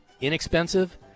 inexpensive